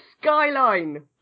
Skyline